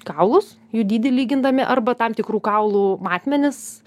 kaulus jų dydį lygindami arba tam tikrų kaulų matmenis